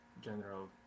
general